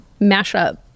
mashup